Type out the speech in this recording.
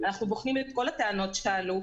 אנחנו בוחנים את כל הטענות שעלו,